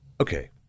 Okay